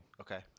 Okay